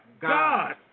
God